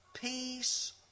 peace